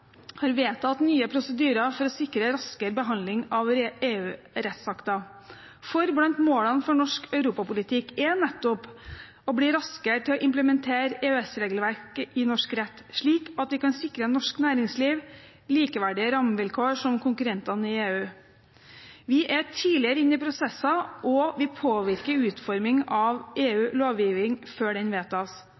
har vedtatt nye prosedyrer for å sikre raskere behandling av EU-rettsakter, for blant målene for norsk europapolitikk er nettopp å bli raskere til å implementere EØS-regelverket i norsk rett, slik at vi kan sikre norsk næringsliv likeverdige rammevilkår sett i forhold til konkurrentene i EU. Vi er tidligere inne i prosesser, og vi påvirker utforming av EU-lovgiving før den vedtas.